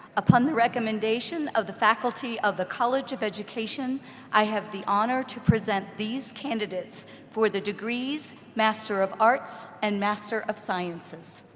upon the recommendation of the faculty of the college of education i have the honor to present these candidates for the degrees, master of arts and master of sciences.